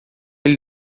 ele